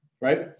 right